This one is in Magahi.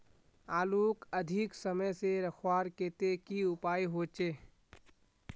आलूक अधिक समय से रखवार केते की उपाय होचे?